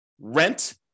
rent